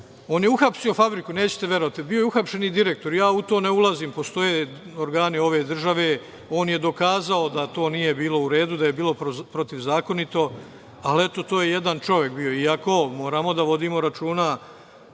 on je uhapsio fabriku. Bio je uhapšen i direktor. Ja u to ne ulazim, postoje organi ove države, on je dokazao da to nije bilo u redu, da je bilo protivzakonito, ali eto, to je jedan čovek bio. Iako moramo da vodimo računa